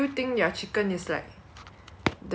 I don't wan~ I don't wanna have an